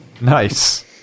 Nice